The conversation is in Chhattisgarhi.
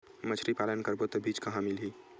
मछरी पालन करबो त बीज कहां मिलही?